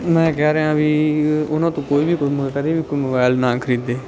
ਮੈਂ ਕਹਿ ਰਿਹਾ ਵੀ ਉਨ੍ਹਾਂ ਤੋਂ ਕੋਈ ਵੀ ਕੋਈ ਮੁਬੈਲ ਨਾ ਖਰੀਦੇ